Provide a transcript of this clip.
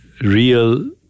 real